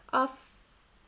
uh